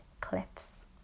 cliffs